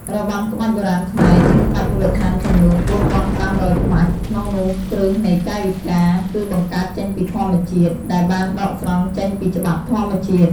របាំក្បាច់បុរាណខ្មែរ មានក្បាច់មូលដ្ឋានចំនួន ៤៥០០ ក្បាច់ ក្នុងនោះគ្រឹះនៃកាយវិការ គឺបង្កើតចេញពីធម្មជាតិ ដែលបានដកស្រង់ចេញពីច្បាប់ធម្មជាតិ។